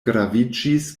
graviĝis